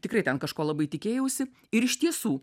tikrai ten kažko labai tikėjausi ir iš tiesų